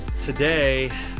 today